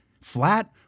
flat